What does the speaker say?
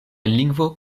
lingvo